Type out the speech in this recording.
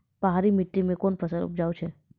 पहाड़ी मिट्टी मैं कौन फसल उपजाऊ छ?